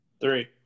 Three